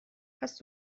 hast